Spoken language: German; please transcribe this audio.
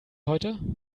heute